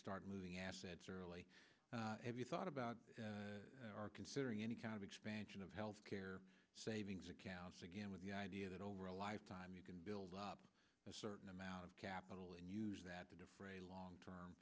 started moving assets early if you thought about or are considering any kind of expansion of health care savings accounts again with the idea that over a lifetime you can build up a certain amount of capital and use that to defray long